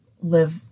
live